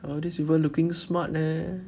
!wah! these people looking smart leh